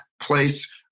place